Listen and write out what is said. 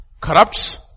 corrupts